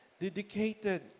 dedicated